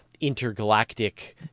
intergalactic